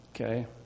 Okay